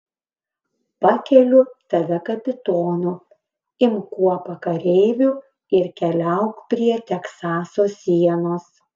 pakeliu tave kapitonu imk kuopą kareivių ir keliauk prie teksaso sienos